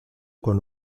con